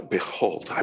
Behold